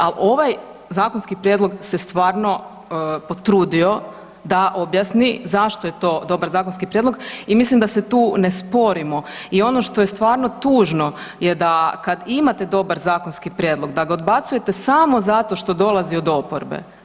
Ali ovaj zakonski prijedlog se stvarno potrudio da objasni zašto je to dobar zakonski prijedlog i mislim da se tu ne sporimo i ono što je stvarno tužno je da kad imate dobar zakonski prijedlog, da ga odbacujete samo zato što dolazi od oporbe.